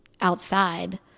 outside